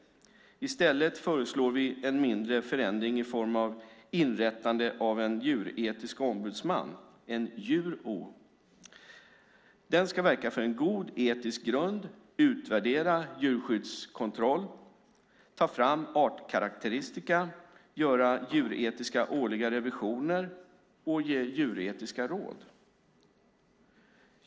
I stället föreslår vi en mindre förändring i form av inrättandet av en djuretisk ombudsman, en DjurO. Den ska verka för en god etisk grund, utvärdera djurskyddskontroll, ta fram artkaraktäristika, göra djuretiska årliga revisioner och ge djuretiska råd.